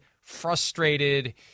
frustrated